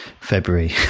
February